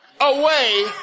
away